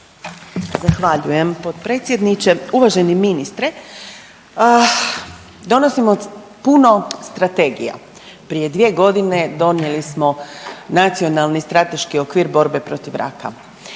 Zahvaljujem potpredsjedniče. Uvaženi ministre donosimo puno strategija. Prije dvije godine donijeli smo Nacionalni strateški okvir borbe protiv raka.